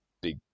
big